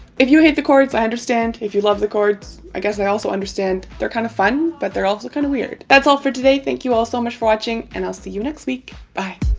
if you hate the cords, i understand if you love the cords, i guess i also understand they're kind of fun, but they're also kind of weird. that's all for today thank you all so much for watching and i'll see you next week. bye